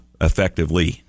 effectively